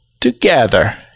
together